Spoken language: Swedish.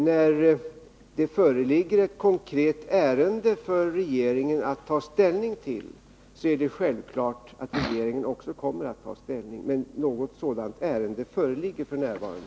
När det föreligger ett konkret ärende för regeringen att ta ställning till är det självklart att regeringen också kommer att ta ställning. Men något sådant ärende föreligger f. n. inte.